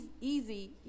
easy